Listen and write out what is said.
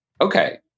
okay